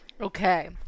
Okay